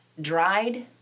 dried